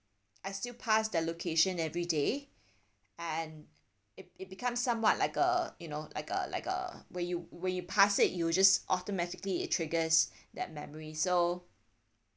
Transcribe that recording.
I still pass that location everyday and it it becomes somewhat like a you know like a like a where you where you pass it you just automatically it triggers that memory so